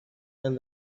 and